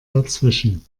dazwischen